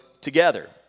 together